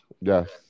Yes